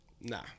nah